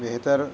بہتر